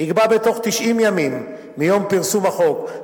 יקבע בתוך 90 ימים מיום פרסום החוק,